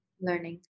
learning